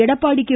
Edappadi K